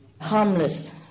harmless